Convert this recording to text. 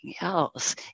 else